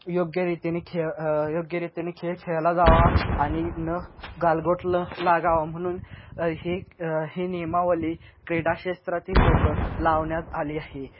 योग्यरीतीने खेळ योग्यरीतीने खेळ खेळायला जावा आणि न गालबोट लं लागावं म्हणून हे ही नियमावली क्रीडाशास्त्रातील लोक लावण्यात आली आहे